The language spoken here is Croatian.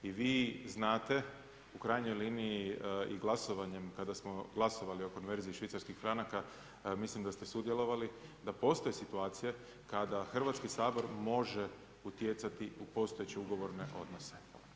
I vi znate, u krajnjoj liniji i glasovanjem, kada smo glasovali o konverziji švicarskih franaka, mislim da ste sudjelovali, da postoje situacije kada Hrvatski sabor može utjecati u postojeće ugovorne odnose.